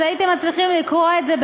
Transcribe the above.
אז הייתם מצליחים לקרוא את זה,